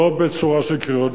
לא בצורה של קריאות ביניים.